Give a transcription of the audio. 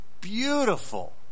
beautiful